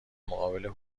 مقابل